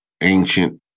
ancient